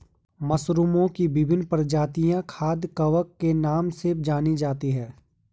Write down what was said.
मशरूमओं की विभिन्न प्रजातियां खाद्य कवक के नाम से जानी जाती हैं